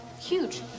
Huge